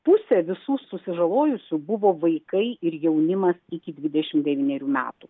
pusė visų susižalojusių buvo vaikai ir jaunimas iki dvidešim devynerių metų